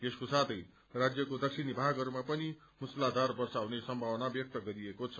यसको साथै राज्यको दक्षिणी भागहरूमा पनि मुसलधार वर्षा हुने सम्मावना व्यक्त गरिएको छ